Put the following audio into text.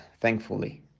Thankfully